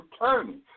Attorney